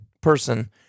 person